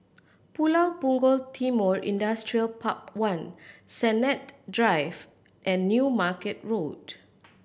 Pulau Punggol Timor Industrial Park One Sennett Drive and New Market Road